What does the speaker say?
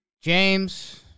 James